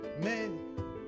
Men